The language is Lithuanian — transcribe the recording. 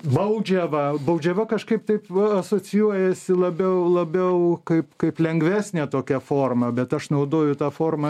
baudžiavą baudžiava kažkaip taip va asocijuojasi labiau labiau kaip kaip lengvesnė tokia forma bet aš naudoju tą formą